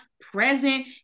present